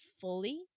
fully